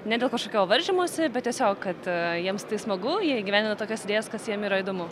ne dėl kažkokio varžymosi bet tiesiog kad jiems tai smagu jie įgyvendina tokias idėjas kas jiem yra įdomu